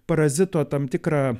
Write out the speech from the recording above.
parazito tam tikrą